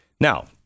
Now